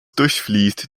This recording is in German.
durchfließt